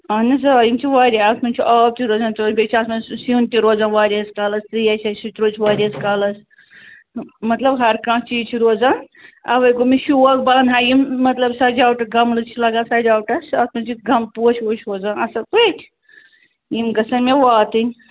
اَہَن حظ آ یِم چھِ واریاہ اَتھ منٛز چھِ آب تہِ روزان ژور بیٚیہِ چھِ اَتھ منٛز سیُن تہِ روزان واریاہَس کالَس ترٛیش آسہِ سُہ تہِ روزِ واریاہَس کالَس مطلب ہر کانٛہہ چیٖز چھِ روزان اَوے گوٚو مےٚ شوق بہٕ اَنہٕ ہا یِم مطلب سَجاوٹہٕ گَملہٕ چھِ لَگان سَجاوٹَس اَتھ منٛز چھِ گم پوش ووش روزان اَصٕل پٲٹھۍ یِم گژھن مےٚ واتٕنۍ